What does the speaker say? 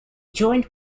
joined